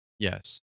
Yes